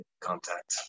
contact